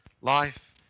life